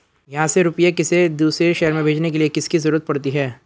यहाँ से रुपये किसी दूसरे शहर में भेजने के लिए किसकी जरूरत पड़ती है?